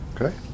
okay